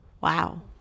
Wow